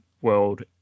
World